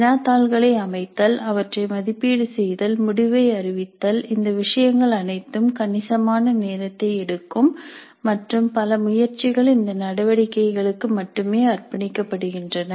வினாத்தாள்களை அமைத்தல் அவற்றை மதிப்பீடு செய்தல் முடிவை அறிவித்தல் இந்த விஷயங்கள் அனைத்தும் கணிசமான நேரத்தை எடுக்கும் மற்றும் பல முயற்சிகள் இந்த நடவடிக்கைகளுக்கு மட்டுமே அர்ப்பணிக்கப்படுகின்றன